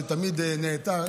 שתמיד נעתר,